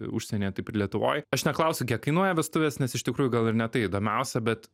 užsienyje taip ir lietuvoj aš neklausiu kiek kainuoja vestuvės nes iš tikrųjų gal ir ne tai įdomiausia bet